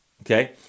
okay